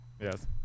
yes